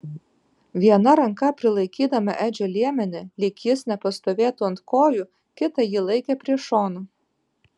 viena ranka prilaikydama edžio liemenį lyg jis nepastovėtų ant kojų kitą ji laikė prie šono